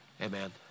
Amen